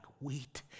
wheat